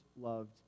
loved